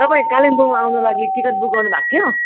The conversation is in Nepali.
तपाईँ कालिम्पोङ आउन लागि टिकट बुक गर्नु भएको थियो